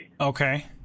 Okay